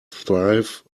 thrive